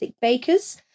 bakers